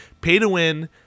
pay-to-win